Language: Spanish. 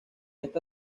está